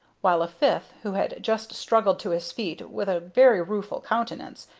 while a fifth, who had just struggled to his feet with a very rueful countenance,